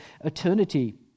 eternity